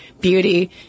beauty